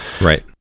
right